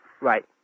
Right